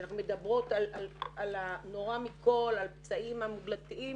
אנחנו מדברות על הנורא מכל, על פצעים מוגלתיים